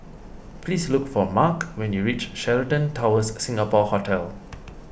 please look for Marc when you reach Sheraton Towers Singapore Hotel